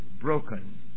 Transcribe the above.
broken